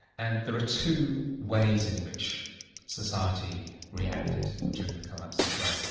and there are two ways in which society reacted during the collapse of rome,